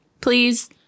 please